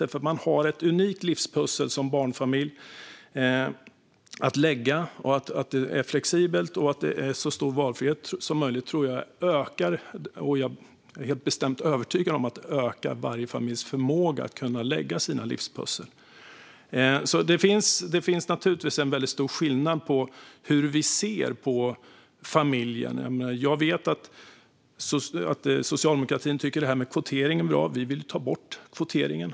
Barnfamiljerna har ett unikt livspussel att lägga. Jag är helt bestämt övertygad om att det ökar varje familjs förmåga att kunna lägga sina livspussel att det är flexibelt och finns en så stor valfrihet som möjligt. Det finns naturligtvis en stor skillnad på hur vi ser på familjen. Jag vet att Socialdemokraterna tycker att detta med kvotering är bra. Vi vill ta bort kvoteringen.